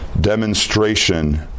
demonstration